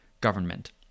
government